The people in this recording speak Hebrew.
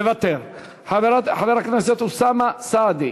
מוותר, חבר הכנסת אוסאמה סעדי,